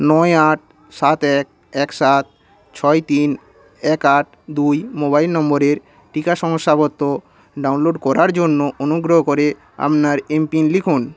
নয় আট সাত এক এক সাত ছয় তিন এক আট দুই মোবাইল নম্বরের টিকা শংসাপত্র ডাউনলোড করার জন্য অনুগ্রহ করে আপনার এমপিন লিখুন